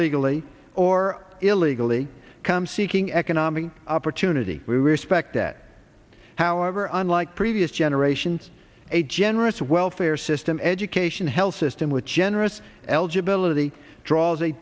legally or illegally come seeking economic opportunity we respect that however unlike previous generations a generous welfare system education health system with generous eligibility draws a